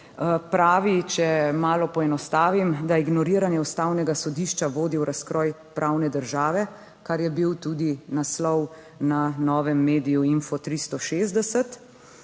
pravi, če malo poenostavim, da ignoriranje Ustavnega sodišča vodi v razkroj pravne države. Kar je bil tudi naslov na novem mediju Info 360.